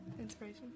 inspiration